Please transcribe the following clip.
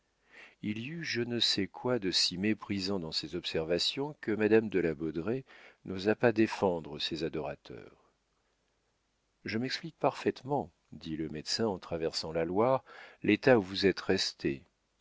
il y eut je ne sais quoi de si méprisant dans ses observations que madame la baudraye n'osa pas défendre ses adorateurs je m'explique parfaitement dit le médecin en traversant la loire l'état où vous êtes restée